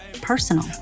personal